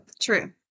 True